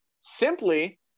simply